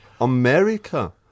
America